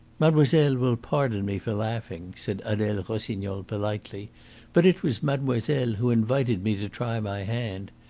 mademoiselle will pardon me for laughing, said adele rossignol politely but it was mademoiselle who invited me to try my hand.